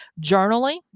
journaling